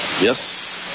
Yes